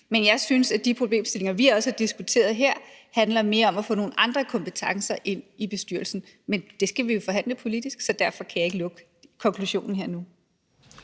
nu. Jeg synes, at de problemstillinger, vi også har diskuteret her, mere handler om også at få nogle andre kompetencer ind i bestyrelsen. Men det skal vi jo forhandle politisk, så derfor kan jeg ikke komme med konklusionen her nu.